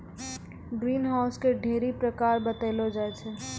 green house के ढ़ेरी प्रकार बतैलो जाय छै